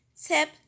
tip